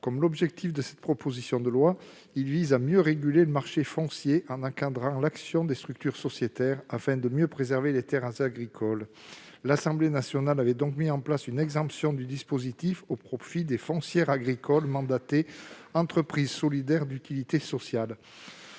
avec l'objectif de la proposition de loi, il vise à mieux réguler le marché foncier en encadrant l'action des structures sociétaires afin de mieux préserver les terres agricoles. À cette fin, l'Assemblée nationale avait voté une exemption du dispositif au profit des foncières agricoles agréées « entreprises solidaires d'utilité sociale